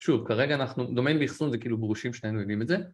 שוב, כרגע אנחנו, דומיין ואיחסון זה כאילו גרושים, ששנינו יודעים את זה